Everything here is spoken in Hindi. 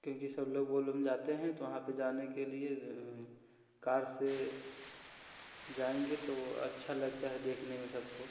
क्योंकि सब लोग वो लोग जाते हैं तो वहाँ पर जाने के लिए कार से जाएँगे तो अच्छा लगता है देखने में सबको